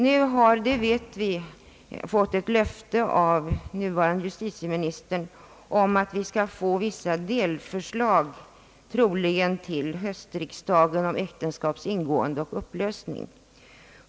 Nu har vi fått ett löfte av den nuvarande justitieministern att vi skall få vissa delförslag, troligen till höstriksdagen, om äktenskaps ingående och upplösning.